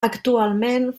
actualment